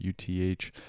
UTH